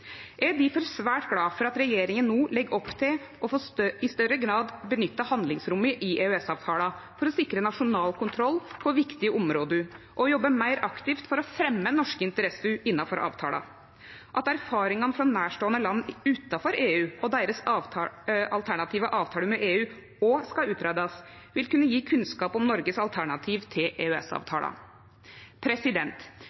Eg er difor svært glad for at regjeringa no legg opp til i større grad å nytte handlingsrommet i EØS-avtala, for å sikre nasjonal kontroll på viktige område og jobbe meir aktivt for å fremje norske interesser innanfor avtala. At erfaringane frå nærståande land utanfor EU og deira alternative avtaler med EU òg skal utgreiiast, vil kunne gje kunnskap om Noregs alternativ til